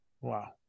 Wow